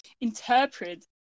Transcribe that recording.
interpret